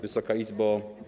Wysoka Izbo!